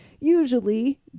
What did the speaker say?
usually